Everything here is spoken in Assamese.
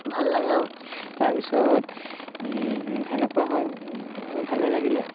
ভাল লাগে আৰু তাৰপিছত সেনেকুৱা হয় ভালে লাগিলে